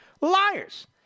Liars